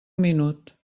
minut